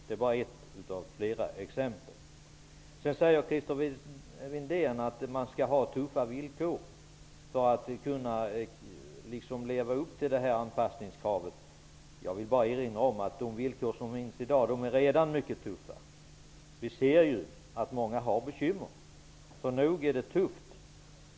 Det är bara ett av flera exempel. Christer Windén säger att man skall ha tuffa villkor för att kunna leva upp till anpassningskravet. Jag vill erinra om att de villkor som i dag finns redan är mycket tuffa. Vi kan ju se att många producenter har bekymmer, så nog är det tufft.